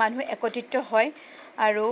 মানুহ একত্ৰিত হয় আৰু